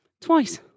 twice